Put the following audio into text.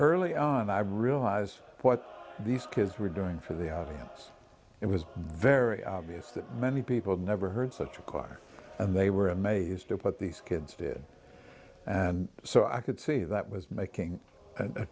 early on i realize what these kids were doing for the audience it was very obvious that many people never heard such a car and they were amazed at what these kids did and so i could see that was making